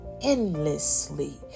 endlessly